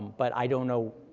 but i don't know